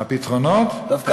דווקא